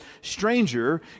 stranger